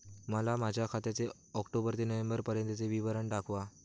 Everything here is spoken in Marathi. मला माझ्या खात्याचे ऑक्टोबर ते नोव्हेंबर पर्यंतचे विवरण दाखवा